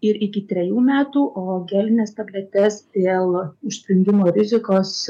ir iki trejų metų o gelines tabletes dėl užspringimo rizikos